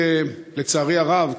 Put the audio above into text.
לצערי הרב,